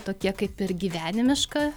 tokie kaip ir gyvenimiška